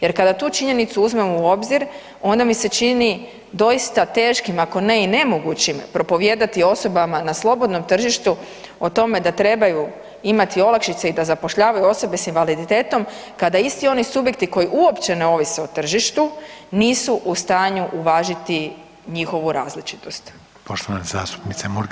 Jer kada tu činjenicu uzmemo u obzir onda mi se čini doista teškim ako ne i nemogućim propovijedati osobama na slobodnom tržištu o tome da trebaju imati olakšice i da zapošljavaju osobe s invaliditetom kada isti oni subjekti koji uopće ne ovise o tržištu nisu u stanju uvažati njihovu različitost.